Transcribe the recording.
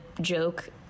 joke